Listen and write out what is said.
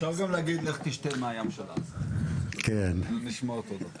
אפשר גם להגיד "לך תשתה מהים של עזה" זה נשמע אותו דבר.